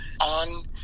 on